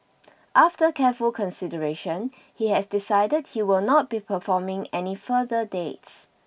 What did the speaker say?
after careful consideration he has decided he will not be performing any further dates